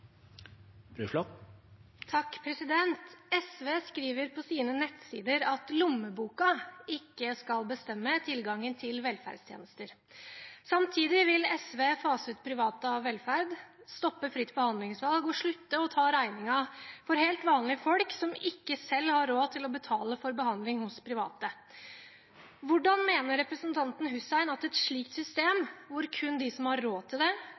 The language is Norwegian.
SV skriver på sine nettsider at lommeboka ikke skal bestemme tilgangen til velferdstjenester. Samtidig vil SV fase ut private av velferd, stoppe fritt behandlingsvalg og slutte å ta regningen for helt vanlige folk som ikke selv har råd til å betale for behandling hos private. Hvordan mener representanten Hussein at et slikt system, hvor kun de som har råd til det,